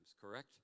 correct